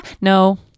no